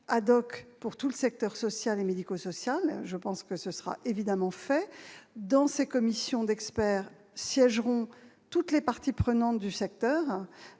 pour tout le secteur social et médico-social ; je pense que cela sera évidemment fait. Dans ces commissions d'experts siégeront toutes les parties prenantes du secteur,